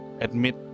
admit